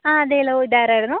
ആ അതേലോ ഇതാരായിരുന്നു